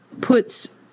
puts